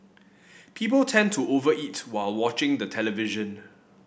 people tend to over eat while watching the television